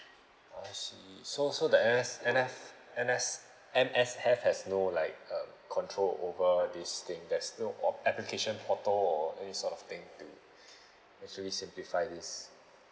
I see so so the N_S N_F N_S M_S_F has no like uh control over this thing there's no application photo or sort of thing actually simplified this